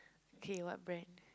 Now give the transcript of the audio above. okay what brand